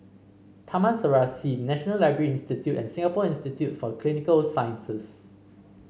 Taman Serasi National Library Institute and Singapore Institute for Clinical Sciences